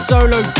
Solo